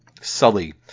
sully